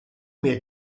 mehr